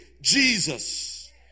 Jesus